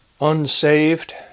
unsaved